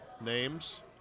Names